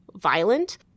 violent